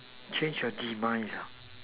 change a demise ah